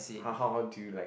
[huh] how how do you like